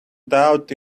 doubt